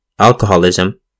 Alcoholism